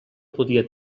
podia